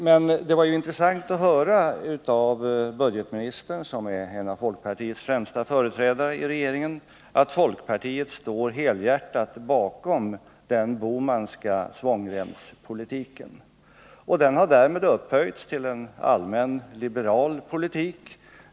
Men det var intressant att höra av budgetministern, som är en av folkpartiets främsta företrädare i regeringen, att folkpartiet står helhjärtat bakom den Bohmanska svångremspolitiken. Den har därmed upphöjts till en allmänt liberal politik.